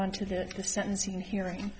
on to the the sentencing hearing